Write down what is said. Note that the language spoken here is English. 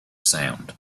sound